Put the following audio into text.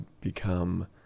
become